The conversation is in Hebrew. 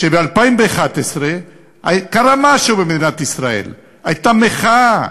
שב-2011 קרה משהו במדינת ישראל: הייתה מחאה,